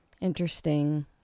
interesting